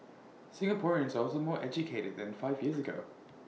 Singaporeans are also more educated now than five years ago